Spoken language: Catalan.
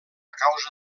causa